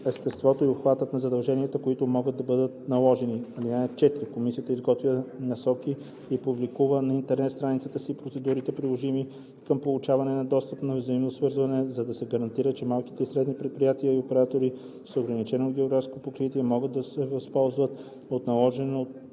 естеството и обхватът на задълженията, които могат да бъдат наложени. (4) Комисията изготвя насоки и публикува на интернет страницата си процедурите, приложими към получаване на достъп и взаимното свързване, за да се гарантира, че малките и средни предприятия и операторите с ограничено географско покритие могат да се възползват от наложените